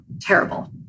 terrible